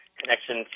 connection